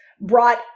brought